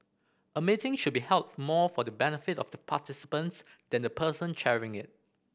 a meeting should be held more for the benefit of the participants than the person chairing it